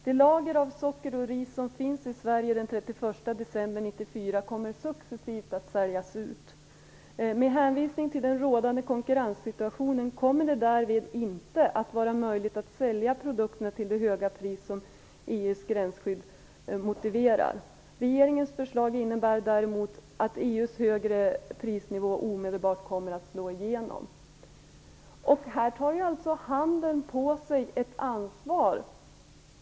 Det lager av socker och ris som finns i Sverige den 31 december 1994 kommer successivt att säljas ut. Med hänvisning till den rådande konkurrenssituationen kommer det därvid inte att vara möjligt att sälja produkterna till det höga pris som EU:s gränsskydd motiverar. Regeringens förslag innebär däremot att EU:s högre prisnivå omedelbart kommer att slå igenom. Där tar alltså handeln på sig ett ansvar.